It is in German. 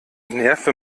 nerve